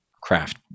craft